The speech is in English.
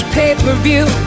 pay-per-view